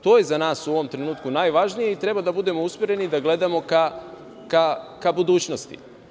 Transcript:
To je za nas u ovom trenutku najvažnije i treba da budemo usmereni da gledamo ka budućnosti.